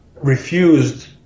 refused